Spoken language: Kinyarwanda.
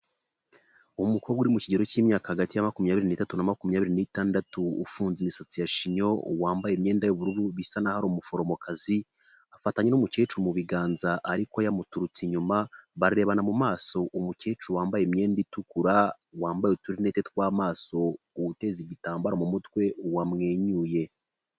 umukobwa uri mu kigero cy'imyaka hagati ya 25 na26 ufunze imisatsi ya shinyo, wambaye imyenda y'ubururu, bisa naho hari umuforomokazi. Afatanya n'umukecuru mu biganza ariko yamuturutse inyuma barebana mu maso. umukecuru wambaye imyenda itukura, wambaye utu Runnete twa'amaso, uteza igitambaro mu mutwe, wamwenyuye.